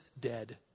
dead